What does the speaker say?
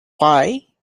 why